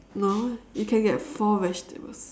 no you can get four vegetables